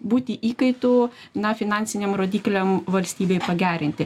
būti įkaitu na finansiniam rodikliam valstybėj pagerinti